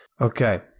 okay